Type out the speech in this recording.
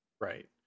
right